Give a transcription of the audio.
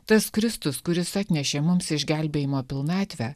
tas kristus kuris atnešė mums išgelbėjimo pilnatvę